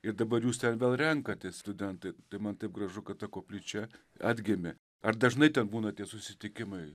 ir dabar jūs ten vėl renkatės studentai tai man taip gražu kad ta koplyčia atgimė ar dažnai ten būna tie susitikimai